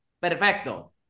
perfecto